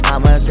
I'ma